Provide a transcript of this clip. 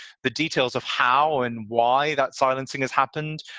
the details of how and why that silencing has happened.